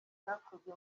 cyakozwe